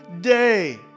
day